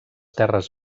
terres